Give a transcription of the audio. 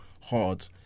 hard